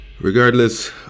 Regardless